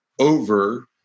over